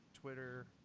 Twitter